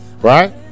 right